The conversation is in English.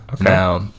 Now